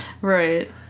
Right